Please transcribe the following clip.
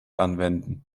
anwenden